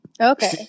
Okay